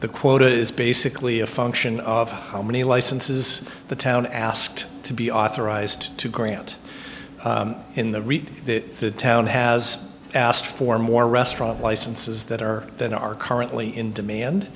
the quota is basically a function of how many licenses the town asked to be authorized to grant in the rate that the town has asked for more restaurant licenses that are than are currently in demand